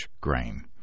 grain